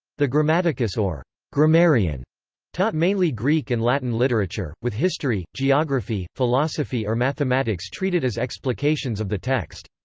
the grammaticus or grammarian taught mainly greek and latin literature, with history, geography, philosophy or mathematics treated as explications of the text.